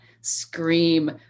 scream